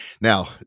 Now